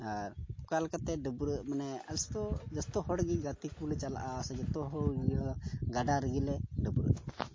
ᱟᱨ ᱚᱠᱟ ᱞᱮᱠᱟᱛᱮ ᱰᱟᱹᱵᱽᱨᱟᱹᱜ ᱢᱟᱱᱮ ᱟᱥᱛᱚ ᱡᱚᱛᱚ ᱦᱚᱲᱜᱮ ᱜᱟᱛᱮ ᱠᱚᱞᱮ ᱪᱟᱞᱟᱜᱼᱟ ᱥᱮ ᱡᱚᱛᱚ ᱦᱚᱲ ᱤᱭᱟᱹ ᱜᱟᱰᱟ ᱨᱮᱜᱮᱞᱮ ᱰᱟᱹᱵᱽᱨᱟᱹᱜᱼᱟ